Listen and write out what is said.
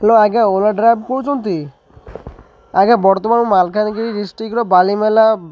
ହଁ ଆଜ୍ଞା ଓଲା ଡ୍ରାଇଭର୍ କହୁଛନ୍ତି ଆଜ୍ଞା ବର୍ତ୍ତମାନ ମାଲକାନଗିରି ଡ଼ିଷ୍ଟ୍ରିକର ବାଲିମେଲା